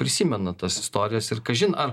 prisimena tas istorijas ir kažin ar